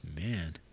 Man